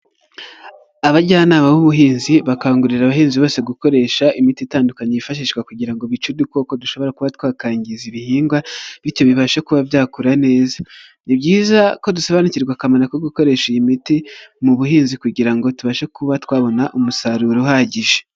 Abajyanama b'ubuhinzi bakangurira abahinzi bose gukoresha imiti itandukanye yifashishwa kugira ngo bice udukoko dushobora kuba twakgiza ibihingwa, bityo bibashe kuba byakura neza, ni byiza ko dusobanukirwa akamaro ko gukoresha iyi miti mu buhinzi kugira ngo tubashe kuba twabona umusaruro uhagije.